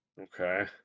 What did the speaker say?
Okay